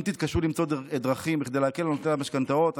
אם תתקשו למצוא דרכים להקל על נוטלי המשכנתאות,